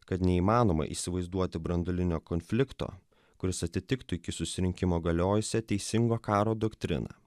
kad neįmanoma įsivaizduoti branduolinio konflikto kuris atitiktų iki susirinkimo galiojusią teisingo karo doktriną